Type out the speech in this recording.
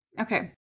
Okay